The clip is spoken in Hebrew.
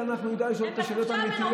כאן אנחנו נדע לשאול את השאלות האמיתיות,